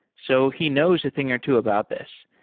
so he knows a thing or two about this.